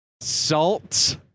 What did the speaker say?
Salt